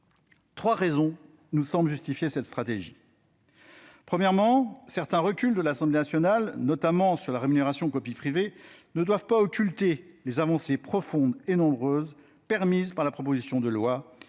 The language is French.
Trois raisons nous semblent justifier cette stratégie. Premièrement, certains reculs de l'Assemblée nationale, notamment sur la rémunération pour copie privée, ne doivent pas occulter les avancées profondes et nombreuses permises par la proposition de loi,